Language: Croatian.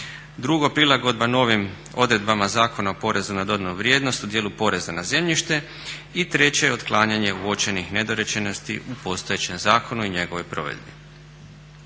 Drugo, prilagodba novim odredbama Zakona o porezu na dodanu vrijednost u dijelu poreza na zemljište. I treće, otklanjanje uočenih nedorečenosti u postojećem zakonu i njegovoj provedbi.